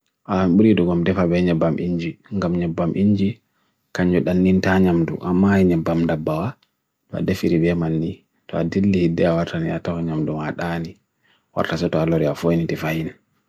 aan buri dugum tefa benye bam inji, ingam nye bam inji, kanyod dan nintan nyam du, aan ma'a nyam bam da ba'a, wa defiri we man li, toa dili hidya wa tanya ato nye amdunga at ani, wa tasa toa lori wa fo eni tefa eni.